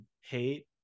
hate